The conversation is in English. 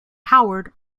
howard